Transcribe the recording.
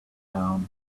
down